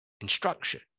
instruction